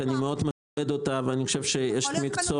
אני מאוד מקווה שכשנקיים פגישה